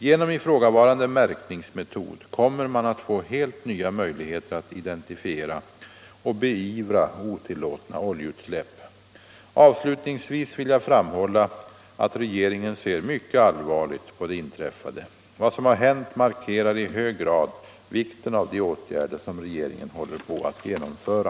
Genom ifrågavarande märkningsmetod kommer man att få helt nya möjligheter att identifiera och beivra otillåtna oljeutsläpp. Avslutningsvis vill jag framhålla, att regeringen ser mycket allvarligt på det inträffade. Vad som har hänt markerar i hög grad vikten av de åtgärder som regeringen håller på att genomföra.